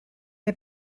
neu